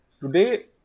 today